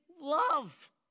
love